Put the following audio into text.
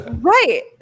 right